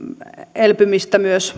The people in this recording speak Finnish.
elpymistä myös